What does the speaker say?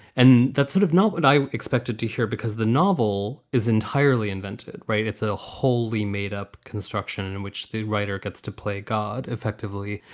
and that's sort of not what i expected to hear because the novel is entirely invented. right. it's a wholly made up construction in which the writer gets to play god effectively,